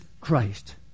Christ